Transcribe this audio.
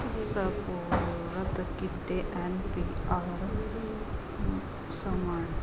ਸਪੁਰਦ ਕੀਤੇ M P R ਸਮਾਂ